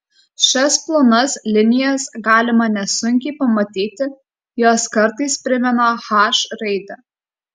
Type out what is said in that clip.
šias plonas linijas galima nesunkiai pamatyti jos kartais primena h raidę